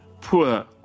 poor